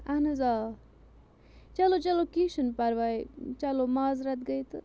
اَہَن حظ آ چلو چلو کیٚنٛہہ چھُنہٕ پَرواے چلو مازرت گٔے تہٕ